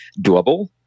doable